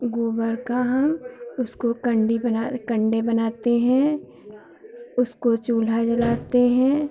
गोबर का हम उसको कंडी बना कंडे बनाते हैं उसको चूल्हा जलाते हैं